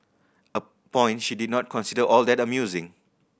a point she did not consider all that amusing